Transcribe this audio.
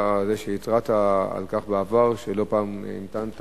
אתה זה שהתרעת על כך בעבר שלא פעם המתנת